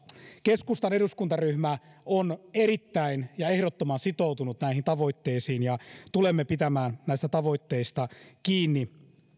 keskustan eduskuntaryhmä on erittäin ja ehdottoman sitoutunut näihin tavoitteisiin ja tulemme pitämään näistä tavoitteista kiinni